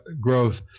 growth